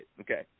Okay